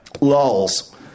lulls